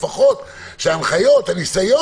תבטל הממשלה את ההכרזה.